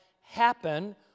happen